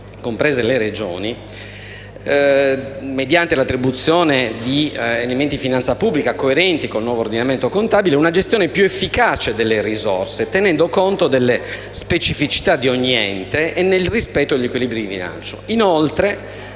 comprese le Regioni, mediante l'attribuzione di elementi di finanza pubblica coerenti con il nuovo ordinamento contabile, una gestione più efficace delle risorse, tenendo conto delle specificità di ogni ente e nel rispetto degli equilibri di bilancio.